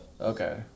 Okay